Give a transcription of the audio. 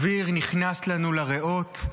אוויר נכנס לנו לריאות.